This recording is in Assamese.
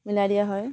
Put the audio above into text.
মিলাই দিয়া হয়